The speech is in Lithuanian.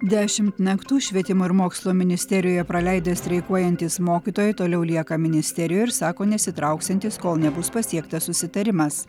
dešimt naktų švietimo ir mokslo ministerijoje praleidę streikuojantys mokytojai toliau lieka ministerijoj ir sako nesitrauksiantys kol nebus pasiektas susitarimas